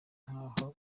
nkaho